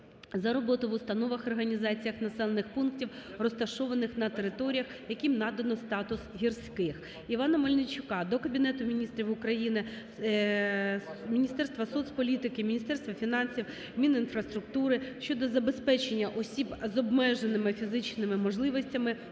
за роботу в установах і організаціях населених пунктів, розташованих на територіях, яким надано статус гірських. Івана Мельничука до Кабінету Міністрів України, Міністерства соцполітики, Міністерства фінансів, Мінінфраструктури щодо забезпечення осіб з обмеженими фізичними можливостями